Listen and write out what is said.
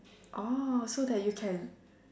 orh so that you can